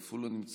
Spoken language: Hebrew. אף הוא לא נמצא.